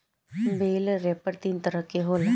बेल wrapper तीन तरह के होला